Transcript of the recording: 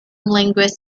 linguists